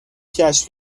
کشف